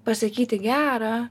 pasakyti gerą